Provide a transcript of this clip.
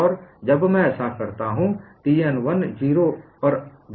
और जब मैं ऐसा करता हूं T n 1 0 पर जाता है